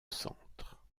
centre